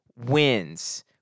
Wins